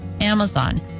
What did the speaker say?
Amazon